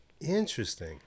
Interesting